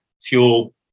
fuel